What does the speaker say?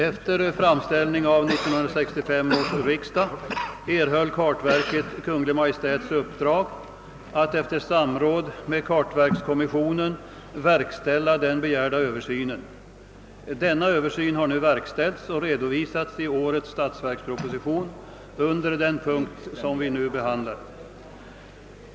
Efter framställning av 1965 års riksdag erhöll kartverket Kungl. Maj:ts uppdrag att efter samråd med kartverkskommissionen verkställa den begärda översynen. Denna översyn har nu utförts och redovisas i årets statsverksproposition under den punkt som vi nu behandlar.